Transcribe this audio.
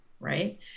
Right